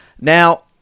now